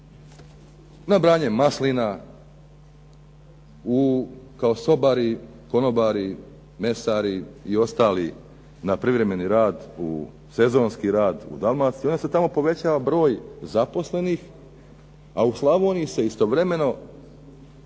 na branje maslina, kao sobari, konobari, mesari i ostali na privremeni rad, u sezonski rad, u Dalmaciji. I onda se tamo povećava broj zaposlenih a u Slavoniji se istovremeno